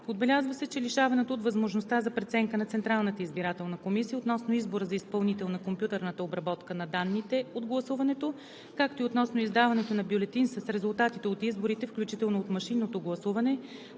Отбелязва се, че лишаването от възможността за преценка на Централната избирателна комисия относно избора на изпълнител на компютърната обработка на данните от гласуването, както и относно издаването на бюлетин с резултатите от изборите, включително от машинното гласуване,